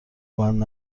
بند